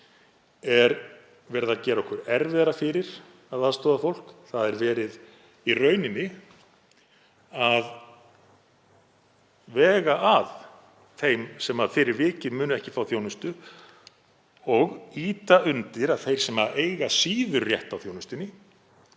er verið að gera okkur erfiðara fyrir að aðstoða fólk. Það er í raun verið að vega að þeim sem fyrir vikið munu ekki fá þjónustu og ýta undir að þeir sem eiga síður rétt á þjónustunni